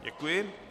Děkuji.